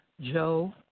Joe